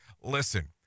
Listen